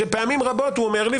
שפעמים רבות הוא אומר לי,